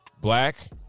black